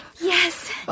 yes